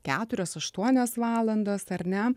keturios aštuonios valandos ar ne